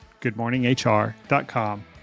goodmorninghr.com